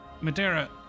Madeira